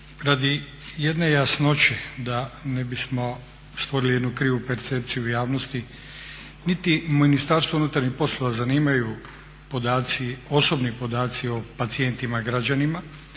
Radi jedne jasnoće da ne bismo stvorili jednu krivu percepciju u javnosti niti Ministarstvo unutarnjih poslova zanimaju podaci, osobni podaci o pacijentima i građanima,